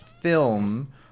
film